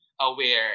aware